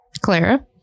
Clara